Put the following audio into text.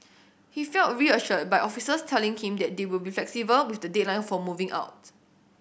he felt reassured by officers telling him that they will be flexible with the deadline for moving out